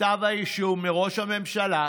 כתב האישום מראש הממשלה,